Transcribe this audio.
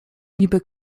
niby